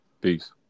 Peace